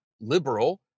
liberal